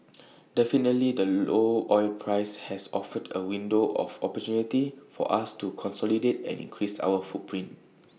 definitely the low oil price has offered A window of opportunity for us to consolidate and increase our footprint